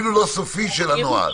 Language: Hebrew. גם אם לא סופי, של הנוהל,